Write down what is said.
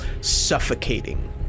suffocating